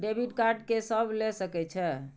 Debit card के सब ले सके छै?